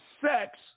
sex